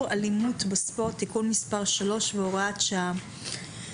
אלימות בספורט (תיקון מס' 3 והוראת שעה).